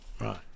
Right